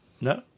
No